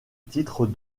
titre